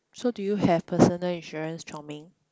so do you have personal insurance chong ming